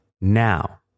now